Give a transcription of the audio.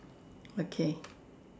okay